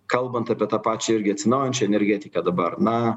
kalbant apie tą pačią irgi atsinaujinančią energetiką dabar na